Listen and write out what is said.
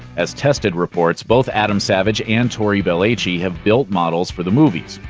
as tested reports, both adam savage and tory belleci have built models for the movies.